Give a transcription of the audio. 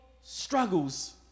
struggles